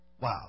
Wow